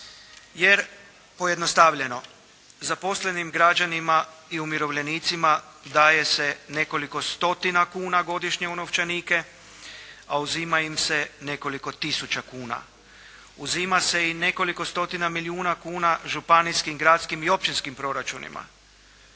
Jer pojednostavljeno, zaposlenim građanima i umirovljenicima daje se nekoliko stotina kuna godišnje u novčanike, a uzima im se nekoliko tisuća kuna. Uzima se i nekoliko stotina milijuna kuna županijskim, gradskim i općinskim proračunima.